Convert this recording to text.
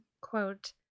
quote